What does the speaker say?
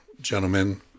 gentlemen